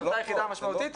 החלטה יחידה ומשמעותית,